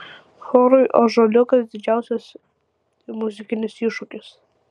chorui ąžuoliukas didžiausias muzikinis iššūkis